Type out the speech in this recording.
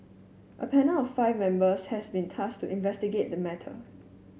a panel of five members has been tasked to investigate the matter